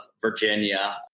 Virginia